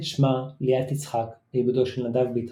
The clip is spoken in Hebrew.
שמה ליאת יצחקי בעיבודו של נדב ביטון.